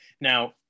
Now